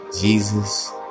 Jesus